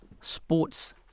sports